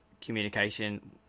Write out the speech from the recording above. communication